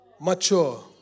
Mature